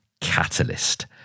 catalyst